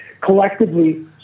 collectively